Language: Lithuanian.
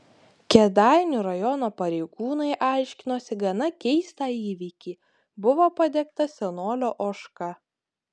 kėdainių rajono pareigūnai aiškinosi gana keistą įvykį buvo padegta senolio ožka